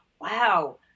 wow